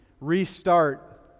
restart